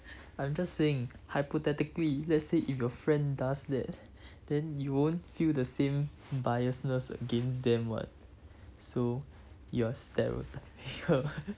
I'm just saying hypothetically let's say if your friend does that then you won't feel the same biasness against them [what] so your step would